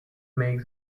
make